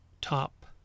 top